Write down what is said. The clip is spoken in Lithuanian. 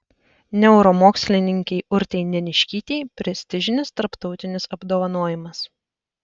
neuromokslininkei urtei neniškytei prestižinis tarptautinis apdovanojimas